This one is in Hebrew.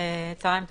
צוהריים טובים.